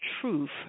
truth